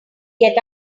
get